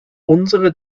unsere